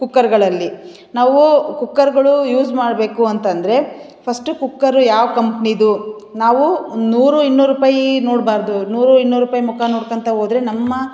ಕುಕ್ಕರ್ಗಳಲ್ಲಿ ನಾವು ಕುಕ್ಕರ್ಗಳು ಯೂಸ್ ಮಾಡಬೇಕು ಅಂತಂದರೆ ಫಸ್ಟು ಕುಕ್ಕರು ಯಾವ ಕಂಪ್ನಿಯದು ನಾವು ನೂರು ಇನ್ನೂರು ರೂಪಾಯಿ ನೋಡಬಾರ್ದು ನೂರು ಇನ್ನೂರು ರೂಪಾಯಿ ಮುಖ ನೋಡ್ಕೊಂತಾ ಹೋದ್ರೆ ನಮ್ಮ